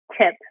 tip